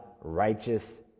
righteous